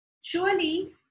Surely